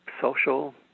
social